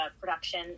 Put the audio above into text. production